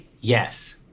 Yes